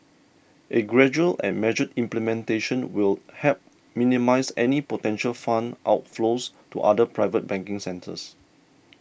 a gradual and measured implementation will help minimise any potential fund outflows to other private banking centres